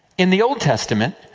in the old testament,